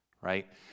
right